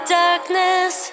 darkness